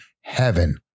heaven